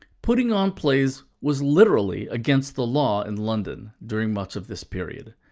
putting on plays was literally against the law in london during much of this period.